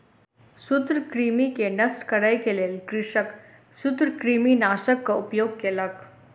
सूत्रकृमि के नष्ट करै के लेल कृषक सूत्रकृमिनाशकक उपयोग केलक